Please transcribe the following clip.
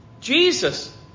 Jesus